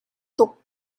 tuk